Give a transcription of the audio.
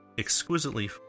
exquisitely